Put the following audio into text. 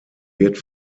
wird